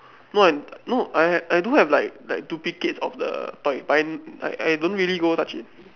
no I no I I do have like like duplicates of the toy but I I I don't really go touch it